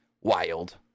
wild